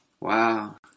wow